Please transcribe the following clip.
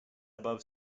above